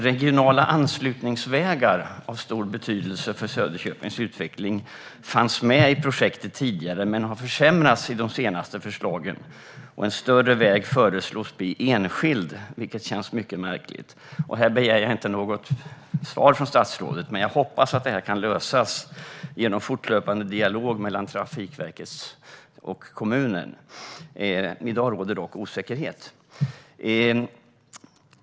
Regionala anslutningsvägar av stor betydelse för Söderköpings utveckling fanns tidigare med i projektet men har försämrats i de senaste förslagen. En större väg föreslås bli enskild, vilket känns mycket märkligt. Här begär jag inte något svar från statsrådet, men jag hoppas att frågan kan lösas genom fortlöpande dialog mellan Trafikverket och kommunen. I dag råder dock osäkerhet.